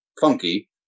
funky